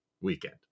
weekend